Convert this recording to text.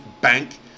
Bank